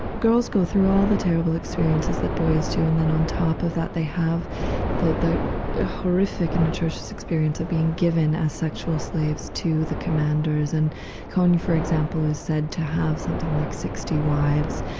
girls go through all the terrible experiences that boys do and then on top of that they have the the horrific and atrocious experience of being given as sexual slaves to the commanders, and kony, for example, is said to have something like sixty wives.